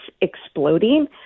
exploding